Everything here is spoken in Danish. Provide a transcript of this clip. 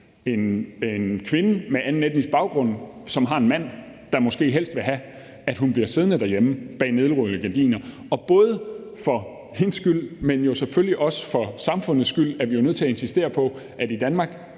en kvinde med anden etnisk baggrund, som desværre har en mand, der måske helst vil have, at hun bliver siddende derhjemme bag nedrullede gardiner. Både for hendes skyld, men jo selvfølgelig også for samfundets skyld er vi nødt til at insistere på, at i Danmark